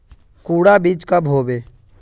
कुंडा बीज कब होबे?